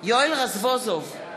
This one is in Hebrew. יואל רזבוזוב,